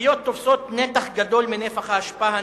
השקיות תופסות נתח גדול מנפח האשפה הנערמת,